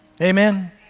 Amen